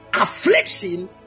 affliction